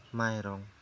माइरं